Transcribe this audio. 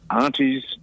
aunties